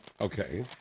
okay